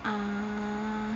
uh